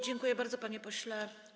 Dziękuję bardzo, panie pośle.